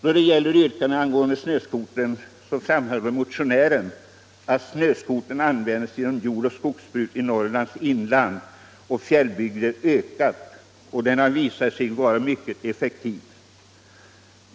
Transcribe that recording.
Då det gäller yrkandet angående snöskoter framhåller motionären att snöskoterns användning inom jord och skogsbruket i Norrlands inland och fjällbygder har ökat. Och den har visat sig vara mycket effektiv.